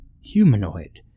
humanoid